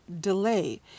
delay